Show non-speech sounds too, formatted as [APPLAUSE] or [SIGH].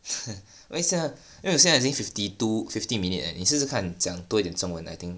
[LAUGHS] 因为我现在已经 fifty two fifty minute eh 你试试看讲多一点中文 I think